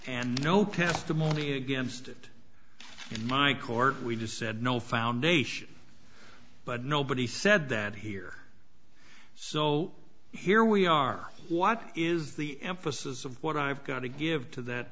and no testimony against it in my court we just said no foundation but nobody said that here so here we are what is the emphasis of what i've got to give to that